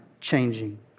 changing